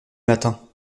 matin